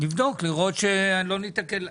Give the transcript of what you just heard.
נבדוק לראות שלא ניתקל,